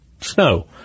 snow